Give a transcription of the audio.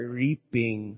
reaping